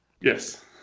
Yes